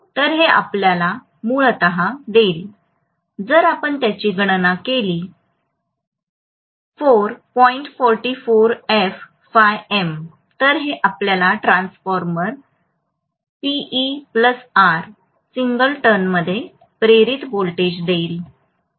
तर हे आपल्याला मूलत देईल जर आपण त्याची गणना केली तर हे आपल्याला ट्रांसफॉर्मर per सिंगल टर्नमध्ये प्रेरित व्होल्टेज देईल